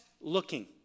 looking